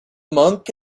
monk